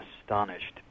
astonished